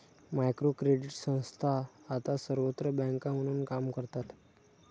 micro credit संस्था आता स्वतंत्र बँका म्हणून काम करतात